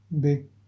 big